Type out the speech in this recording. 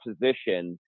position